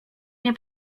nie